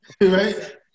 right